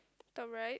top right